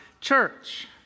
church